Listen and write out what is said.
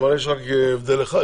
אבל יש רק הבדל אחד,